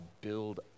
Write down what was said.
build